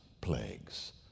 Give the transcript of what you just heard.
plagues